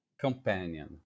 companion